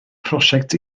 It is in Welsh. prosiect